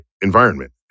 environment